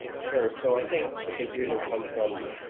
sure so i think the confusion comes from